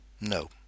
no